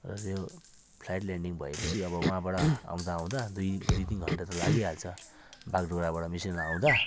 र त्यो flight landing भए पछि अब वहाँबाट आउँदा आउँदा दुई दुई तिन घण्टा त लागिहाल्छ बागडोग्राबाट मिसन हिल आउँदा